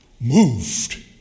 moved